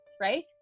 right